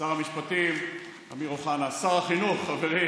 שר האוצר כחלון שיפר.